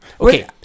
Okay